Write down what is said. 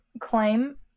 claim